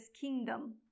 kingdom